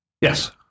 Yes